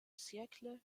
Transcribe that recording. siècle